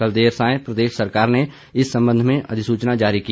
कल देर सांय प्रदेश सरकार ने इस संबंध में अधिसूचना जारी की